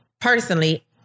Personally